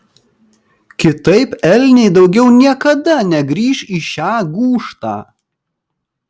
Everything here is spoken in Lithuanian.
kitaip elniai daugiau niekada negrįš į šią gūžtą